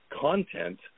content